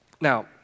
Now